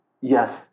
yes